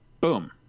Boom